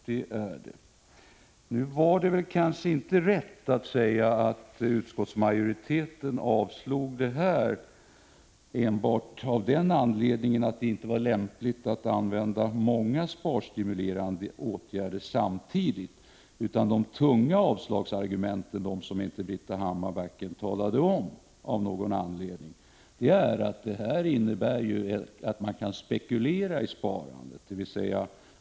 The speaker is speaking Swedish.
Det var väl kanske inte rätt att säga att utskottsmajoriteten avslog förslaget enbart av den anledningen att det inte var lämpligt att använda många sparstimulerande åtgärder samtidigt. Det tunga argumentet för avslag —- det som Britta Hammarbacken av någon anledning inte berörde — är ju att man kan spekulera i sparande.